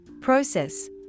process